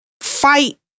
fight